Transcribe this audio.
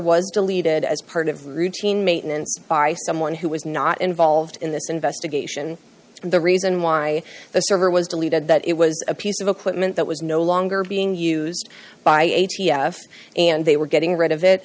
was deleted as part of routine maintenance by someone who was not involved in this investigation and the reason why the server was deleted that it was a piece of equipment that was no longer being used by a t f and they were getting rid of it